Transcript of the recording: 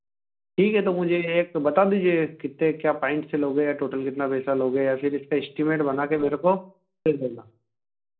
ठीक है तो मुझे ये एक तो बता दीजिए कितने क्या पाइंट से लोगे या टोटल कितना पैसा लोगे या फिर इसपे एस्टीमेट बनाकर मेरे को कर देना